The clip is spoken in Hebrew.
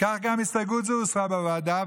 כך גם הסתייגות זו הוסרה בוועדה,